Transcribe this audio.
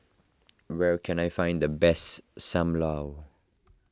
where can I find the best Sam Lau